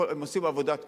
הם עושים עבודת קודש,